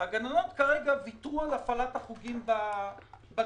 הגננות כרגע ויתרו על הפעלת החוגים בגנים.